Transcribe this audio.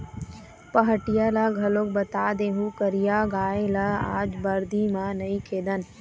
पहाटिया ल घलोक बता देहूँ करिया गाय ल आज बरदी म नइ खेदन